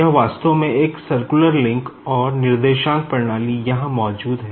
यह वास्तव में एक सकूर्लर लिंक है